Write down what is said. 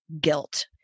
guilt